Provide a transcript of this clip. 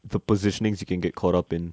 the positionings you can get caught up in